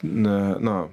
na na